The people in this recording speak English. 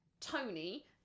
tony